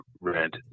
rent